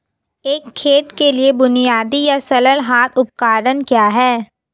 एक खेत के लिए बुनियादी या सरल हाथ उपकरण क्या हैं?